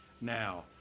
Now